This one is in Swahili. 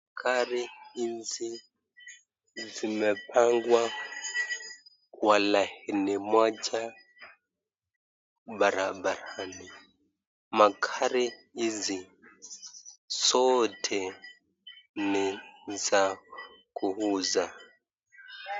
Gari hizi zimepangwa kwa laini moja barabarani. Magari hizi zote ni za kuuza.